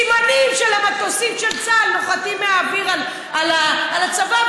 סימנים של המטוסים של צה"ל נוחתים מהאוויר על הצבא.